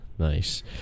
Nice